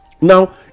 Now